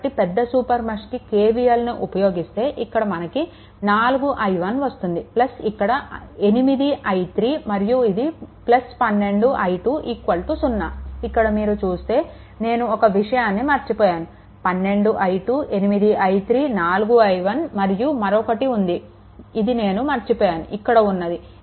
కాబట్టి పెద్ద సూపర్ మెష్కి KVLని ఉపయోగిస్తే ఇక్కడ మనకి 4i1 వస్తుంది ఇక్కడ 8i3 మరియు ఇది 12i2 0 ఇక్కడ మీరు చూస్తే నేను ఒక విషయాన్ని మర్చిపోయాను 12i2 8i3 4i1 మరియు మరొకటి ఉంది ఇది నేను మర్చిపోయాను ఇక్కడ ఉన్నది